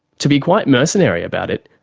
to be quite mercenary about it,